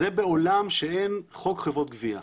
זה בעולם שבו אין חוק חברות גבייה.